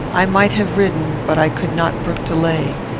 i might have ridden but i could not brook delay,